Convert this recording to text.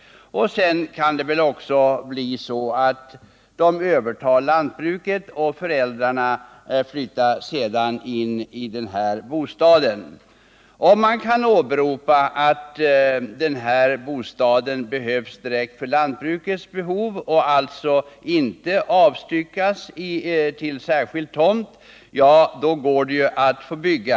Det kan också bli så att de övertar lantbruket och att föräldrarna sedan flyttar in i den nya bostaden. Om man kan åberopa att bostaden behövs direkt för lantbrukets behov och alltså inte bör avstyckas till särskild tomt, är det tillåtet att bygga.